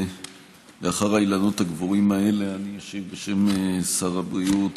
לאחר האילנות הגבוהים האלה אשיב בשם שר הבריאות